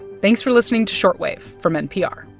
thanks for listening to short wave from npr.